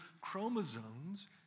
chromosomes